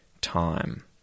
time